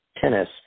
tennis